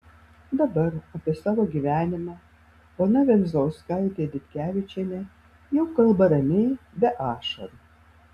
dabar apie savo gyvenimą ona venzlauskaitė ditkevičienė jau kalba ramiai be ašarų